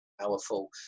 powerful